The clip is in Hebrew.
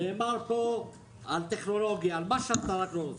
דובר פה על טכנולוגיה, על מה שאתה רוצה.